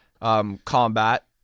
combat